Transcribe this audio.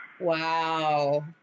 Wow